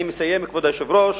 אני מסיים, כבוד היושב-ראש.